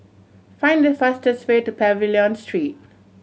find the fastest way to Pavilion Street